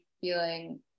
feeling